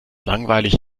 langweilig